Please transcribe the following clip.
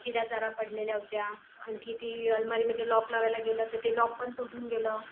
चिरा जरा पडलेल्या होत्या आणखी ती अलमारी म्हणजे लॉक लावायला गेलं त ते लॉक पण तुटून गेलं